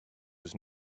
was